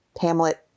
Hamlet